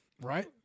right